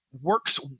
works